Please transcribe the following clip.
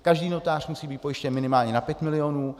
Každý notář musí být pojištěn minimálně na 5 milionů.